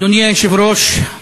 אדוני היושב-ראש,